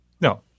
No